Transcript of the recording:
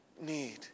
need